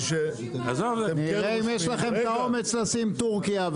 נראה אם יש לכם את האומץ לשים טורקיה,